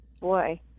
Boy